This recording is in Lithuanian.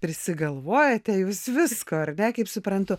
prisigalvojate jūs visko ar ne kaip suprantu